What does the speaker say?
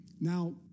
Now